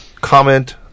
comment